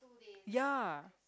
ya